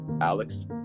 Alex